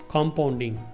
Compounding